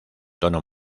tono